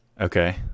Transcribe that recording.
okay